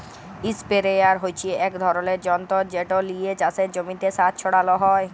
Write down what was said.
ইসপেরেয়ার হচ্যে এক ধরলের যন্তর যেট লিয়ে চাসের জমিতে সার ছড়ালো হয়